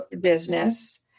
business